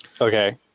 Okay